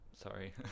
sorry